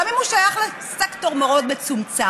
גם אם הוא שייך לסקטור מאוד מצומצם,